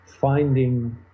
finding